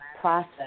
process